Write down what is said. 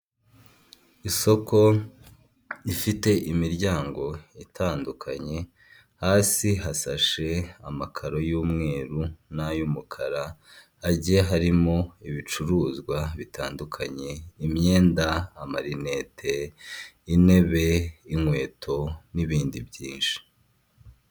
Isoko ifite imiryango itandukanye, hasi hasashe amakaro y'umweru n'ay'umukara, hagiye harimo ibicuruzwa bitandukanye, imyenda, amarinete, intebe n'inkweto n'ibindi byinshi.